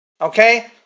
okay